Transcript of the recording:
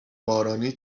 بارانی